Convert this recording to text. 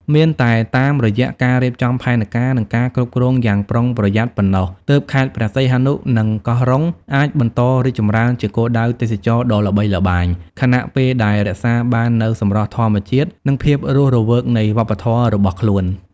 មានតែតាមរយៈការរៀបចំផែនការ និងការគ្រប់គ្រងយ៉ាងប្រុងប្រយ័ត្នប៉ុណ្ណោះ ទើបខេត្តព្រះសីហនុ និងកោះរ៉ុងអាចបន្តរីកចម្រើនជាគោលដៅទេសចរណ៍ដ៏ល្បីល្បាញ ខណៈពេលដែលរក្សាបាននូវសម្រស់ធម្មជាតិ និងភាពរស់រវើកនៃវប្បធម៌របស់ខ្លួន។